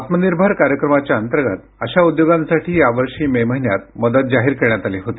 आत्मनिर्भर कार्यक्रमांतर्गत अशा उद्योगांसाठी यावर्षी मे महिन्यात मदत जाहीर करण्यात आली होती